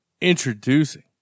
introducing